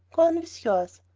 on with yours.